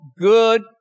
good